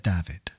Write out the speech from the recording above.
David